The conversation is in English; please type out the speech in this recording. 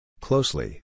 Closely